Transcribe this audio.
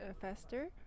faster